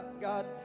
God